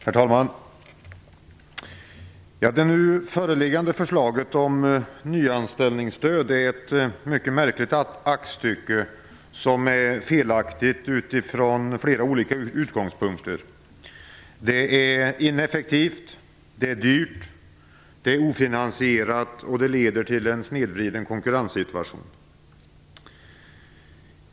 Herr talman! Det nu föreliggande förslaget om nyanställningsstöd är ett mycket märkligt aktstycke som är felaktigt från flera olika utgångspunkter. Det är ineffektivt, dyrt, ofinansierat, och det leder till en snedvriden konkurrenssituation.